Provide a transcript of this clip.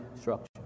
structure